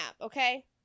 okay